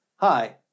Hi